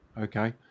okay